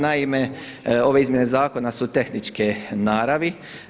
Naime, ove izmjene zakona su tehničke naravi.